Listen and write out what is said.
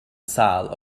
sâl